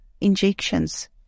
injections